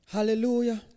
Hallelujah